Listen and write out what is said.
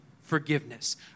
forgiveness